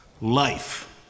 life